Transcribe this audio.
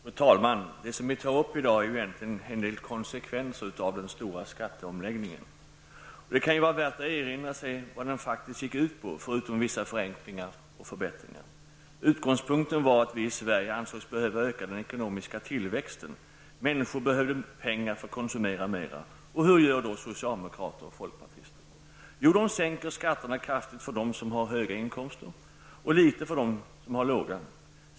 Fru talman! Det vi tar upp i dag är egentligen en del konsekvenser av den stora skatteomläggningen. Det kan vara värt att erinra sig vad den faktiskt gick ut på förutom vissa förenklingar och förbättringar. Utgångspunkten var att vi i Sverige ansågs behöva öka den ekonomiska tillväxten. Människor behöver pengar för att konsumera mera. Vad gör då socialdemokrater och folkpartister? Jo, de sänker skatterna kraftigt för dem som har höga inkomster och litet för dem som har låga.